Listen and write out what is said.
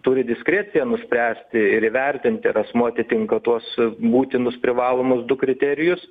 turi diskreciją nuspręsti ir įvertinti ar asmuo atitinka tuos būtinus privalomus du kriterijus